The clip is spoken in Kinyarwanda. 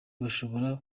bashobora